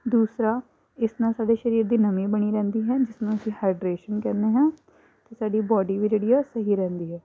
ਦੂਸਰਾ ਇਸ ਨਾਲ ਸਾਡੇ ਸਰੀਰ ਦੀ ਨਮੀ ਬਣੀ ਰਹਿੰਦੀ ਹੈ ਜਿਸ ਨੂੰ ਅਸੀਂ ਹਾਈਡਰੇਸ਼ਨ ਕਹਿੰਦੇ ਹਾਂ ਅਤੇ ਸਾਡੀ ਬਾਡੀ ਵੀ ਜਿਹੜੀ ਸਹੀ ਰਹਿੰਦੀ ਹੈ